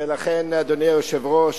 ולכן, אדוני היושב-ראש,